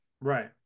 Right